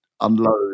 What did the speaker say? unload